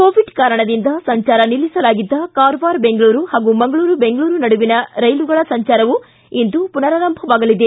corona ಕಾರಣದಿಂದ ಸಂಜಾರ ನಿಲ್ಲಿಸಲಾಗಿದ್ದ ಕಾರವಾರ ಬೆಂಗಳೂರು ಹಾಗೂ ಮಂಗಳೂರು ಬೆಂಗಳೂರು ನಡುವಿನ ರೈಲುಗಳ ಸಂಚಾರವು ಇಂದು ಪುನರಾರಂಭವಾಗಲಿದೆ